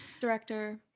director